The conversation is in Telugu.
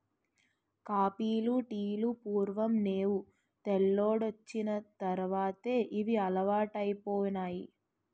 కాపీలు టీలు పూర్వం నేవు తెల్లోడొచ్చిన తర్వాతే ఇవి అలవాటైపోనాయి